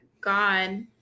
God